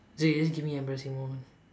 so you just give me embarrassing moment